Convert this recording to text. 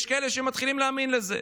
יש כאלה שמתחילים להאמין לזה.